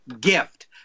gift